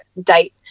date